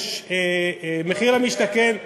יש מחיר למשתכן,